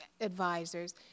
advisors